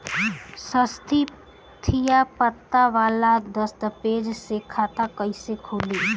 स्थायी पता वाला दस्तावेज़ से खाता कैसे खुली?